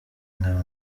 nkaba